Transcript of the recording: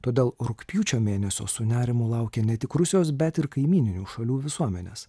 todėl rugpjūčio mėnesio su nerimu laukia ne tik rusijos bet ir kaimyninių šalių visuomenės